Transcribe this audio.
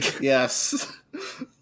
Yes